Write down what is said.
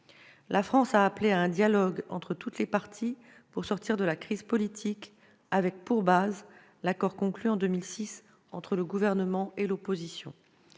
La France a appelé à un dialogue entre toutes les parties pour sortir de la crise politique. Ce dialogue doit avoir pour base l'accord conclu en 2006 entre le gouvernement togolais et l'opposition.